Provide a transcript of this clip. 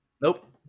Nope